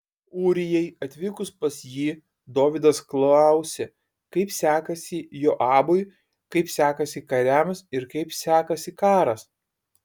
ūrijai atvykus pas jį dovydas klausė kaip sekasi joabui kaip sekasi kariams ir kaip sekasi karas